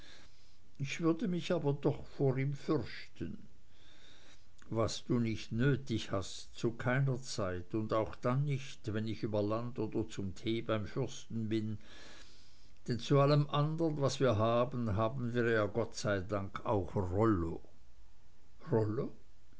ich würde mich aber doch vor ihm fürchten was du nicht nötig hast zu keiner zeit und auch dann nicht wenn ich über land bin oder zum tee beim fürsten denn zu allem andern was wir haben haben wir ja gott sei dank auch rollo rollo